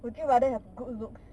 would you rather have good looks